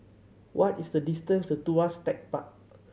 what is the distance to Tuas Tech Park